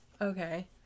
okay